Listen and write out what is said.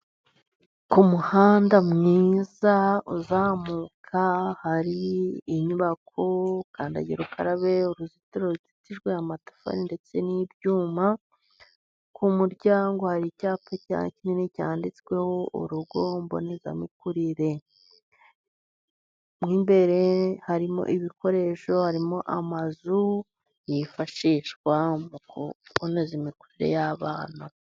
Ku muhanda mwiza uzamuka hari inyubako, kandagira ukarabe, uruzitiro ruzitijwe amatafari ndetse n'ibyuma, ku muryango hari icyapa kinini cyanditsweho urugo mbonezamikurire, mw'imbere harimo ibikoresho, harimo amazu yifashishwa mu kunoza imikurire y'abana.